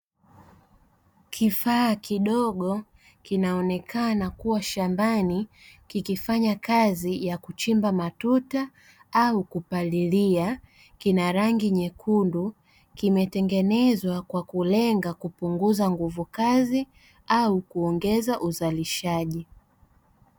Kifaa kidogo kinaonekana kuwa shambani kikifanya kazi ya kuchimba matuta au kupalilia, kina rangi nyekundu; kimetengenezwa kwa kulenga kupunguza nguvu kazi au kuongeza uzalishaji.